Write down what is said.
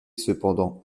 cependant